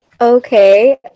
okay